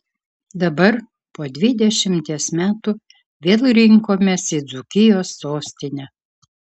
dabar po dvidešimties metų vėl rinkomės į dzūkijos sostinę